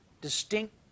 distinct